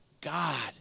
God